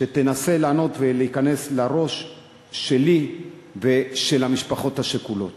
שתנסה לענות ולהיכנס לראש שלי ושל המשפחות השכולות: